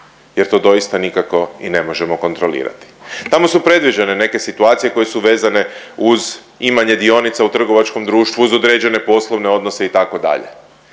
jer to doista nikako i ne možemo kontrolirati. Tamo su predviđene neke situacije koje su vezane uz imanje dionica u trgovačkom društvu uz određene poslovne odnose, itd.